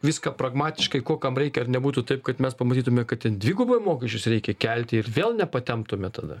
viską pragmatiškai ko kam reikia ar nebūtų taip kad mes pamatytume kad ten dvigubai mokesčius reikia kelti ir vėl nepatemptume tada